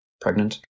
Pregnant